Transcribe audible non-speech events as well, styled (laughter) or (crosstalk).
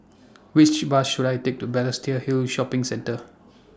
Which Bus should I Take to Balestier Hill Shopping Centre (noise)